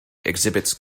exhibits